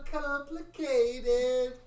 complicated